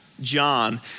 John